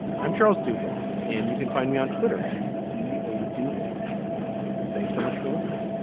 i'm charles duhigg. and you can find me on twitter at c a do hig thanks so much for listening